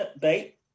bait